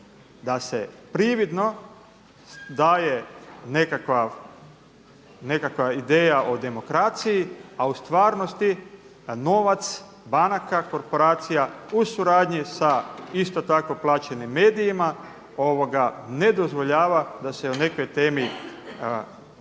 da se prividno daje nekakva ideja o demokraciji a u stvarnosti novac banaka korporacija u suradnji sa isto tako plaćenim medijima ne dozvoljava da se o nekoj temi otvoreno